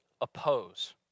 oppose